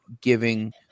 giving